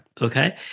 Okay